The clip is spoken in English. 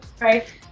right